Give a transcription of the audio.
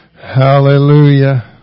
Hallelujah